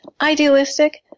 Idealistic